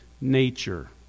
nature